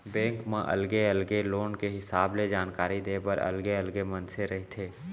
bank म अलगे अलगे लोन के हिसाब ले जानकारी देय बर अलगे अलगे मनसे रहिथे